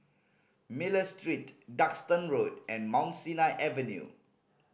Miller Street Duxton Road and Mount Sinai Avenue